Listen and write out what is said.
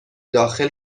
داخل